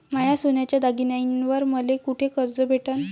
माया सोन्याच्या दागिन्यांइवर मले कुठे कर्ज भेटन?